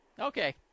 Okay